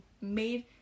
made